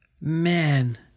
Man